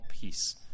peace